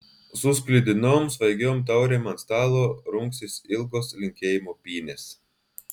su sklidinom svaigiom taurėm ant stalo rungsis ilgos linkėjimų pynės